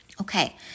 Okay